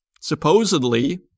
supposedly